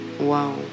wow